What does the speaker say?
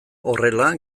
horrela